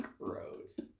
Gross